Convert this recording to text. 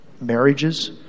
marriages